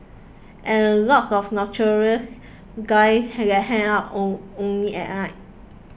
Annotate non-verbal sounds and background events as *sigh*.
and a lot of nocturnals guys *unintelligible* hang out *unintelligible* only at *unintelligible*